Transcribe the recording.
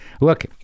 look